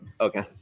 Okay